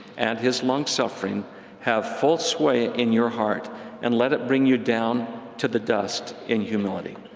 and his long-suffering have full sway in your heart and let it bring you down to the dust in humility.